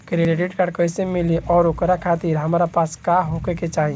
Credit card कैसे मिली और ओकरा खातिर हमरा पास का होए के चाहि?